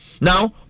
Now